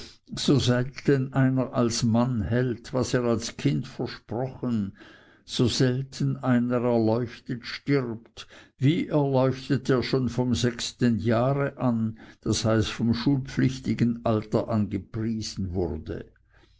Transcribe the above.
selten einer als mann hält was er als kind versprochen so selten einer erleuchtet stirbt wie erleuchtet er schon vom sechsten jahre das heißt schulpflichtigen alter an gepriesen wurde